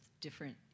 different